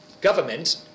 government